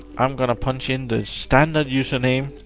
i'm gonna punch in the standard username,